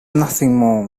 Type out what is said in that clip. nothing